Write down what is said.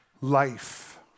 Life